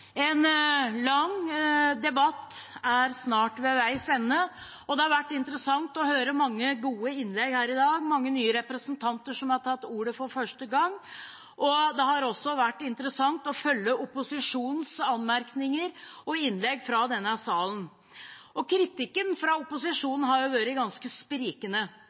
En lang debatt er snart ved veis ende, og det har vært interessant å høre mange gode innlegg her i dag, mange nye representanter som har tatt ordet for første gang. Det har også vært interessant å følge opposisjonens anmerkninger og innlegg fra denne salen. Kritikken fra opposisjonen har vært ganske sprikende.